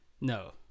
No